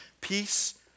peace